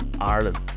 Ireland